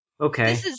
Okay